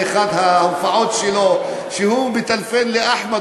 באחת ההופעות שלו הוא מטלפן לאחמד,